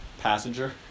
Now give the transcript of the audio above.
Passenger